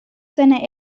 seiner